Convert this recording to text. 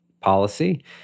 policy